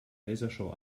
lasershow